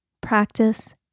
practice